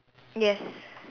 yes